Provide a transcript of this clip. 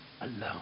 alone